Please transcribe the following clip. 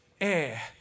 air